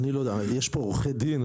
יש פה עורכי דין,